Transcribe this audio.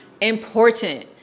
important